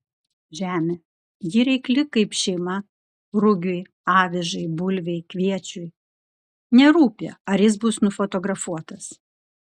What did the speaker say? žemė ji reikli kaip šeima rugiui avižai bulvei kviečiui nerūpi ar jis bus nufotografuotas